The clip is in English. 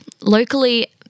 locally